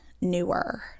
newer